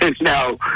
No